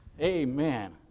amen